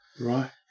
right